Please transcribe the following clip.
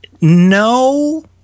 No